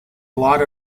lot